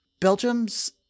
Belgium's